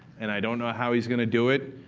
and i don't know how he's going to do it.